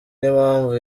n’impamvu